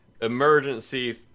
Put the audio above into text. emergency